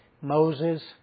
Moses